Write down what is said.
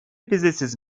vizesiz